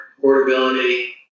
portability